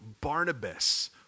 Barnabas